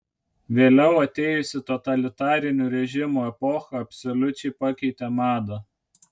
vėliau atėjusi totalitarinių režimų epocha absoliučiai pakeitė madą